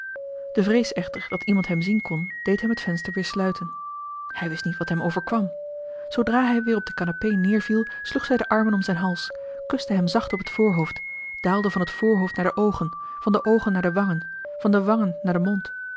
de vrees echter dat iemand hem zien kon deed hem het venster weer sluiten hij wist niet wat hem overkwam zoodra hij weer op de canapé neerviel sloeg zij de armen om zijn hals kuste hem zacht op het voorhoofd daalde van het voorhoofd naar de oogen van de oogen naar de wangen van de wangen naar den mond